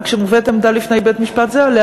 וכשמובאת עמדה לפני בית-משפט זה עליה